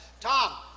Tom